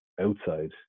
outside